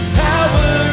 power